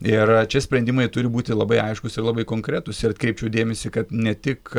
ir čia sprendimai turi būti labai aiškūs ir labai konkretūs ir atkreipčiau dėmesį kad ne tik